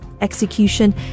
execution